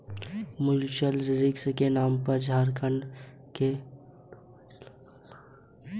Mayurakshi silk के नाम से झारखण्ड के दुमका जिला का सिल्क प्रसिद्ध है